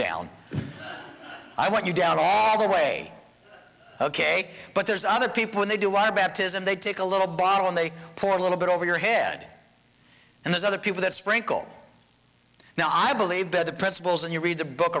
down i want you down all the way ok but there's other people when they do are bad his and they take a little bottle and they pour a little bit over your head and there's other people that sprinkle now i believe by the principles and you read the book